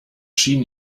schien